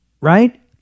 right